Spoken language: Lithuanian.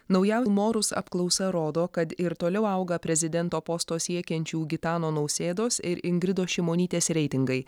nauja vilmorus apklausa rodo kad ir toliau auga prezidento posto siekiančių gitano nausėdos ir ingridos šimonytės reitingai